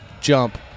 jump